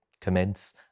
commence